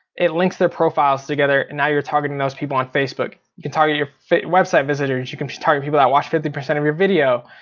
it links their profiles together and now you're targeting those people on facebook. you can target your website visitors, you can target people that watched fifty percent of your video.